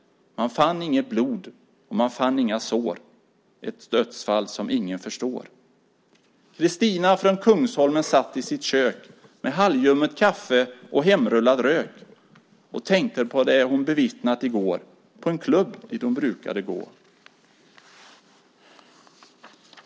Man fann inget blod och man fann inga sår; Ett dödsfall som ingen förstår. Kristina från Kungsholmen satt i sitt kök, med halvljummet kaffe och hemrullad rök, och tänkte på det hon bevittnat i går på en klubb dit hon brukade gå.